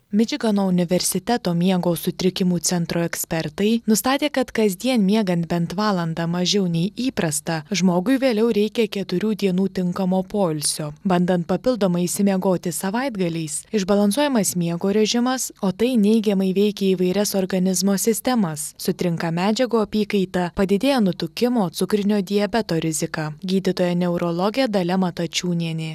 mičigano universiteto miego sutrikimų centro ekspertai nustatė kad kasdien miegant bent valandą mažiau nei įprasta žmogui vėliau reikia keturių dienų tinkamo poilsio bandant papildomai išsimiegoti savaitgaliais išbalansuojamas miego režimas o tai neigiamai veikia įvairias organizmo sistemas sutrinka medžiagų apykaita padidėja nutukimo cukrinio diabeto rizika gydytoja neurologė dalia matačiūnienė